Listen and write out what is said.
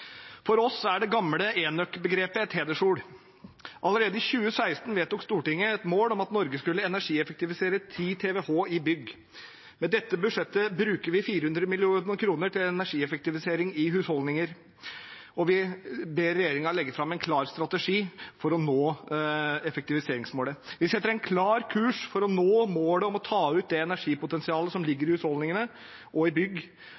For oss er det gamle enøk-begrepet et hedersord. Allerede i 2016 vedtok Stortinget et mål om at Norge skulle energieffektivisere 10 TWh i bygg. Med dette budsjettet bruker vi 400 mill. kr til energieffektivisering i husholdninger, og vi ber regjeringen legge fram en klar strategi for å nå effektiviseringsmålet. Vi setter en klar kurs for å nå målet om å ta ut det energipotensialet som ligger i husholdningene og i bygg,